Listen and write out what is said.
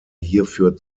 hierfür